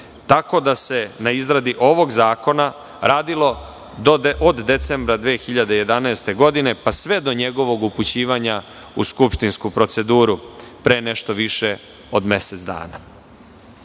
tako da se na izradi ovog zakona radilo od decembra 2011. godine pa sve do njegovog upućivanja u skupštinsku proceduru pre nešto više od mesec